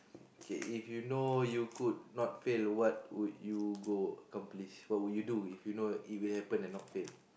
okay if you know you could not fail or what would you go accomplish what would you do if you know that it will happen and not fail